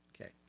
Okay